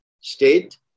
state